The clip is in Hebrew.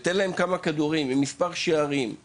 עם מספר שערים וכמה כדורים,